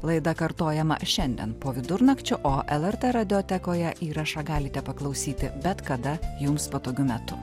laida kartojama šiandien po vidurnakčio o lrt radiotekoje įrašą galite paklausyti bet kada jums patogiu metu